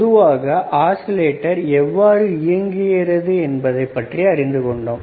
பொதுவாக ஆஸிலேட்டர் எவ்வாறு இயங்குகிறது என்பதைப் பற்றி அறிந்துகொண்டோம்